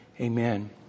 Amen